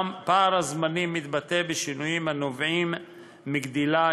פער הזמנים מתבטא בשינויים הנובעים מגדילה,